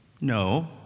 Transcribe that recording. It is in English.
no